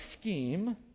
scheme